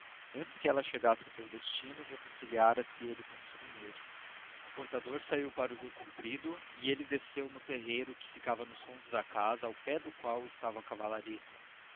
antes que ela chegasse ao seu destino reconciliara se ele consigo mesmo o portador saiu para o rio comprido e ele desceu ao terreiro que ficava nos fundos da casa ao pé do qual estava